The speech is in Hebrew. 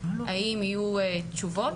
האם יהיו תשובות?